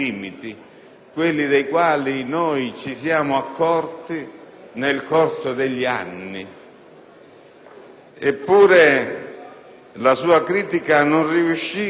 quelli dei quali noi ci siamo accorti nel corso degli anni. Eppure, la sua critica non riuscì,